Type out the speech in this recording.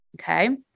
okay